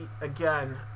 again